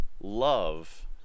Love